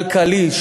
כלכלי,